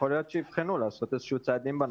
יכול להיות שיבחנו לעשות איזה צעדים בנושא.